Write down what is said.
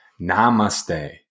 Namaste